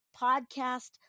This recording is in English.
podcast